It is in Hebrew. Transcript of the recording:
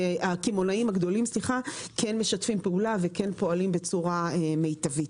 שקמעונאים הגדולים כן משתפים פעולה וכן פועלים בצורה מיטבית.